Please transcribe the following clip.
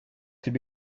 could